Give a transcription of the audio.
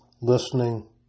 listening